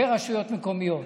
ורשויות מקומיות.